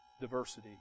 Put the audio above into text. diversity